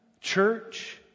church